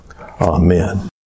Amen